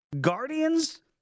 guardians